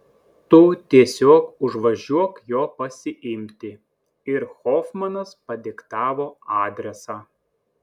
tu tiesiog užvažiuok jo pasiimti ir hofmanas padiktavo adresą